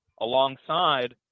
Alongside